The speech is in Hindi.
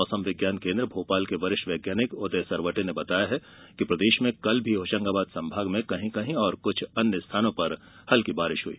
मौसम विज्ञान केन्द्र भोपाल के वरिष्ठ वैज्ञानिक उदय सरवटे ने बताया कि प्रदेश में कल भी होशंगाबाद संभाग में कहीं कहीं और कुछ अन्य स्थानों पर भी हल्की बारिश हुई